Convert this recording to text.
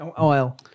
Oil